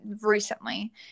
recently